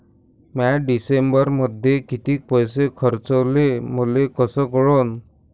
म्या डिसेंबरमध्ये कितीक पैसे खर्चले मले कस कळन?